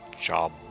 job